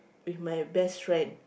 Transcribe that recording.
with my best friend